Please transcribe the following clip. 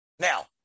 Now